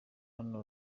hano